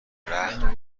رهن